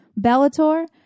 Bellator